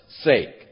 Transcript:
sake